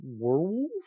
Werewolf